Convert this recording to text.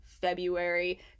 February